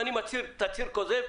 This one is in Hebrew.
אם אני מצהיר תצהיר כוזב,